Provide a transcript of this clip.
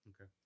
Okay